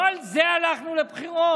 לא על זה הלכנו לבחירות,